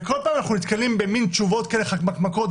ובכל פעם אנחנו נתקלים במין תשובות חמקמקות כאלה,